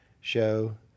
show